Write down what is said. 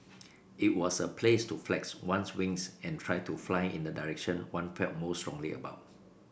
it was a place to flex one's wings and try to fly in the direction one felt most strongly about